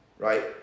Right